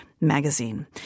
magazine